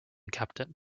captain